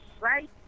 right